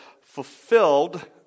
fulfilled